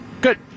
Good